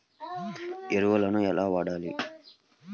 ఎరువులను ఎలా వాడాలి?